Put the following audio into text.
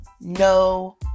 No